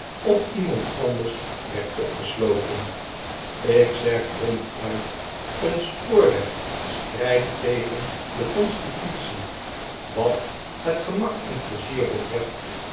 of iemand anders werd opgesloten ik zeg ronduit een spoorweg strgdt tegen de constitutie wat het gemak en pleizier betreft